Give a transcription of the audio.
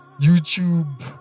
YouTube